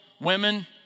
women